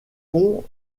pont